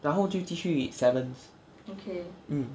然后就继续 seventh mm